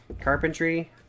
carpentry